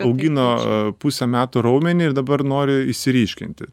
augino pusę metų raumenį ir dabar nori išsiryškinti